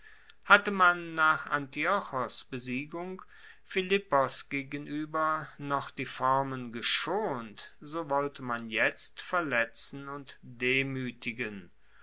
hatte man nach antiochos besiegung philippos gegenueber noch die formen geschont so wollte man jetzt verletzen und demuetigen